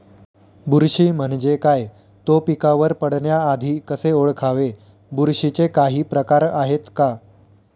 बुरशी म्हणजे काय? तो पिकावर पडण्याआधी कसे ओळखावे? बुरशीचे काही प्रकार आहेत का?